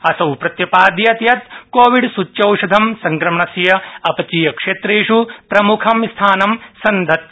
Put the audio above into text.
असौ प्रत्यापदयत् यत् कोविड सूच्यौषधं संक्रमणस्य अपचीय क्षेत्रेष् प्रम्खं स्थानं भजते